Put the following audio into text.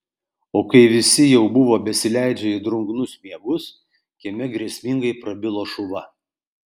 o kai visi jau buvo besileidžią į drungnus miegus kieme grėsmingai prabilo šuva